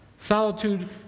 Solitude